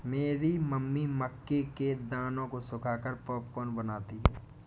मेरी मम्मी मक्के के दानों को सुखाकर पॉपकॉर्न बनाती हैं